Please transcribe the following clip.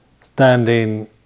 Standing